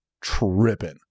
tripping